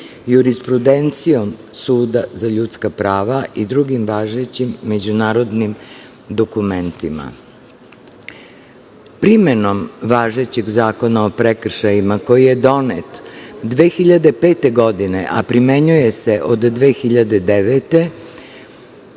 jurisprudencijom Suda za ljudska prava i drugim važećim međunarodnim dokumentima. Primenom važećeg Zakona o prekršajima koji je donet 2005. godine a primenjuje se od 2009.